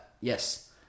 yes